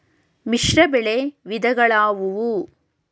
ಮಿಶ್ರಬೆಳೆ ವಿಧಗಳಾವುವು?